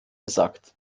gesagt